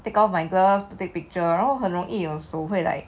take off my glove to take picture 然后很容易手会 like